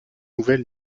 nouvelle